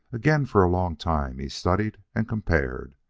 again, for a long time, he studied and compared.